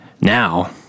Now